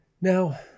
Now